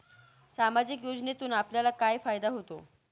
सामाजिक योजनेतून आपल्याला काय फायदा होतो?